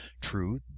True